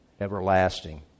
everlasting